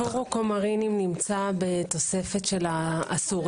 גם זו גישה.